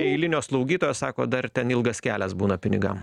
eilinio slaugytojo sako dar ten ilgas kelias būna pinigam